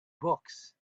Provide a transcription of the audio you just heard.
books